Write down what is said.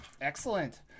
Excellent